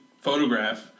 Photograph